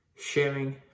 sharing